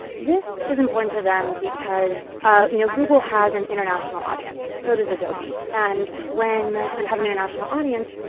this is important to them because ah you know google has an international audience. so does adobe. and when you have an international audience,